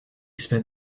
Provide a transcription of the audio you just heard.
spent